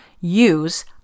use